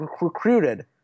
recruited